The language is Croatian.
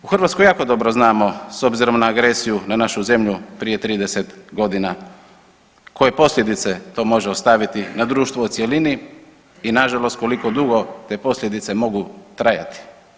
U Hrvatskoj jako dobro znamo s obzirom na agresiju na našu zemlju prije 30.g. koje posljedice to može ostaviti na društvo u cjelini i nažalost koliko dugo te posljedice mogu trajati.